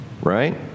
right